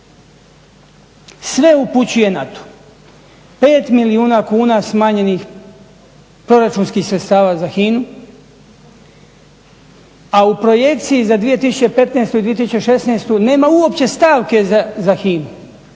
sve upućuje na to. 5 milijuna kuna smanjenih proračunskih sredstava za HINA-u, a u projekciji za 2015.i 2016.nema uopće stavke za HINA-u